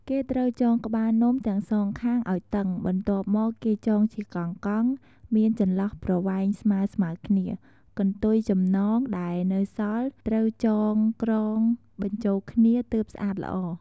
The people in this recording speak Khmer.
គេត្រូវចងក្បាលនំទាំងសងខាងឱ្យតឹង បន្ទាប់មកគេចងជាកង់ៗ មានចន្លោះប្រវែងស្មើៗគ្នា កន្ទុយចំណងដែលនៅសល់ត្រូវចងក្រងបញ្ចូលគ្នាទើបស្អាតល្អ។